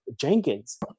Jenkins